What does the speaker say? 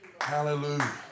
Hallelujah